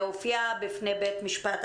היא הופיעה בפני בית המשפט,